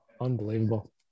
Unbelievable